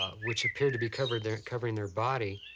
ah which appeared to be covering their covering their body,